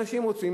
אנשים רוצים,